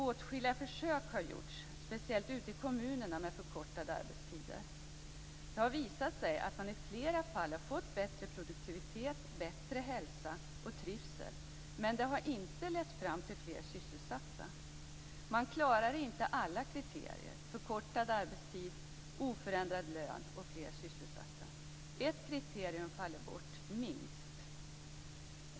Åtskilliga försök har gjorts, speciellt ute i kommunerna, med förkortade arbetstider. Det har visat sig att man i flera fall har fått bättre produktivitet, bättre hälsa och trivsel, men det har inte lett fram till fler sysselsatta. Man klarar inte alla kriterier: förkortad arbetstid, oförändrad lön och fler sysselsatta. Minst ett kriterium faller bort.